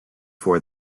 for